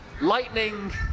Lightning